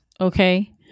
okay